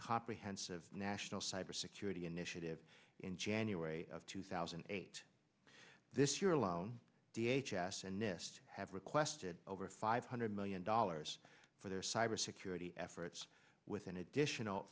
comprehensive national cybersecurity initiative in january of two thousand and eight this year alone d h s and nist have requested over five hundred million dollars for their cyber security efforts with an additional